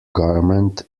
garment